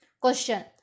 Question